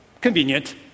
convenient